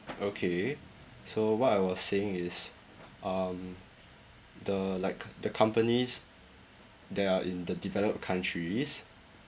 okay so what I was saying is um the like the companies that are in the developed countries